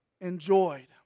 enjoyed